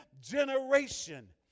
generation